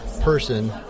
person